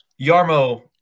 Yarmo